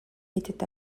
était